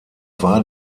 war